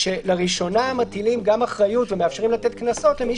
שלראשונה מטילים גם אחריות ומאפשרים לתת קנסות למי